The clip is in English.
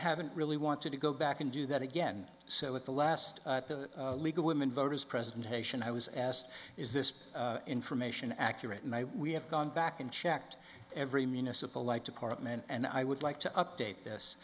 haven't really wanted to go back and do that again so at the last league of women voters presentation i was asked is this information accurate and i we have gone back and checked every municipal like department and i would like to update this